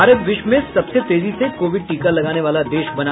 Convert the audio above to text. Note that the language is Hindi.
भारत विश्व में सबसे तेजी से कोविड टीका लगाने वाला देश बना